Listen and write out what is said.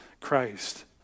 Christ